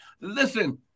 listen